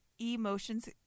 emotions